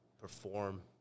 perform